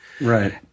Right